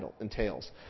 entails